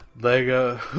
lego